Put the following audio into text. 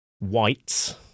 whites